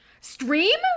Stream